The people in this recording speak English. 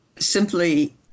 simply